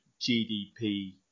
GDP